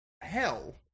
Hell